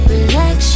Relax